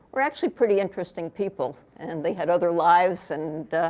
are actually pretty interesting people. and they had other lives. and